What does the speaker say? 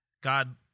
God